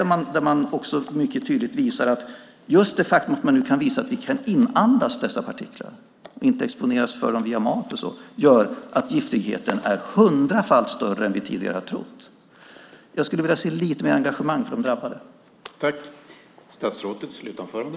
Där visar man mycket tydligt att just det faktum att man nu kan visa att vi kan inandas dessa partiklar - inte bara exponeras för dem via mat eller så - gör att giftigheten är hundrafalt större än vi tidigare har trott. Jag skulle alltså vilja se lite mer engagemang för de drabbade.